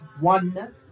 oneness